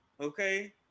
Okay